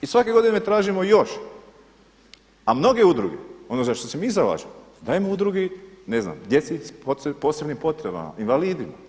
I svake godine mi tražimo još, a mnoge udruge ono za što se mi zalažemo dajemo udrugi, ne znam djeci s posebnim potrebama, invalidima.